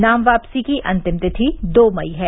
नाम वापसी की अंतिम तिथि दो मई है